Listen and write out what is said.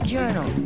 Journal